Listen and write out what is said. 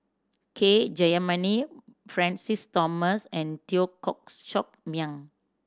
K Jayamani Francis Thomas and Teo Koh Sock Miang